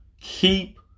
keep